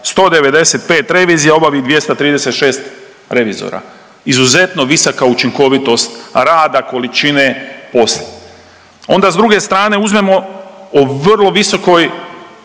195 revizija obavi 236 revizora, izuzetno visoka učinkovitost rada, količine posla. Onda s druge strane uzmemo o vrlo visokoj